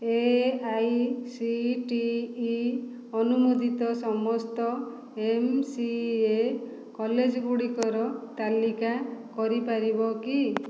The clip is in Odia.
ଏଆଇସିଟିଇ ଅନୁମୋଦିତ ସମସ୍ତ ଏମ୍ସିଏ କଲେଜଗୁଡ଼ିକର ତାଲିକା କରିପାରିବ କି